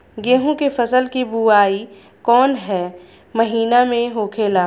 गेहूँ के फसल की बुवाई कौन हैं महीना में होखेला?